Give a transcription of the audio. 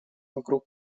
вокруг